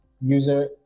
user